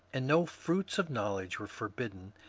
and no fruits of knowledge were forbidden,